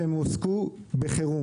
והם עוסקים בחירום.